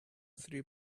three